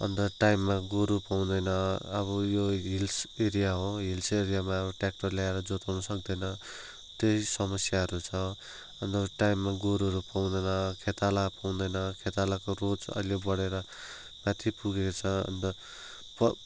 अन्त टाइममा गोरु पाउँदैन अब यो हिल्स एरिया हो हिल्स एरियामा ट्याक्टर ल्याएर जोत्नु सक्दैन त्यही समस्याहरू छ अन्त टाइममा गोरुहरू पाउँदैन खेताला पाउँदैन खेतालाको रोज अहिले बढेर माथि पुगेको छ अन्त